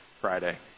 Friday